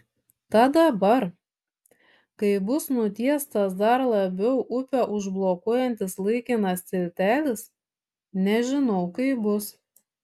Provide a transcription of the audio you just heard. tad dabar kai bus nutiestas dar labiau upę užblokuojantis laikinas tiltelis nežinau kaip bus